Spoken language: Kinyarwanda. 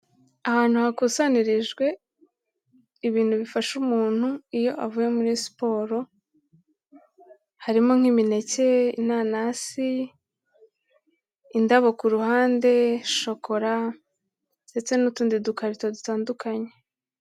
Ahantu hakusanyirijwe ibintu bifasha umuntu iyo avuye muri siporo, harimo nk'imineke inanasi, indabo ku ruhande, shokora ndetse n'utundi dukarito dutandukanye.